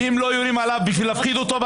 ואם לא יורים בו בהתחלה